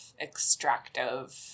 extractive